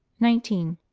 nineteen.